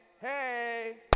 hey